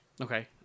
okay